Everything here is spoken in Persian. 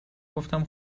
گفتم